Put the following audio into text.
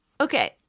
Okay